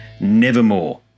Nevermore